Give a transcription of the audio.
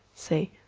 say,